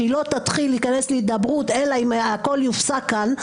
שהיא לא תתחיל להיכנס להידברות אלא אם הכול יופסק כאן,